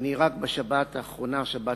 רק בשבת האחרונה, שבת